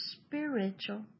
spiritual